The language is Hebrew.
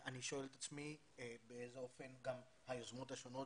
אני שואל את עצמי באיזה אופן גם היוזמות השונות